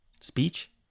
speech